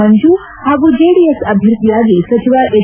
ಮಂಜು ಹಾಗೂ ಜೆಡಿಎಸ್ ಅಭ್ಯರ್ಥಿಯಾಗಿ ಸಚಿವ ಎಚ್